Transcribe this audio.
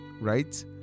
right